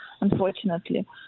Unfortunately